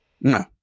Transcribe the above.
No